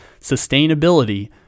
sustainability